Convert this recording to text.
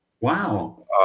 Wow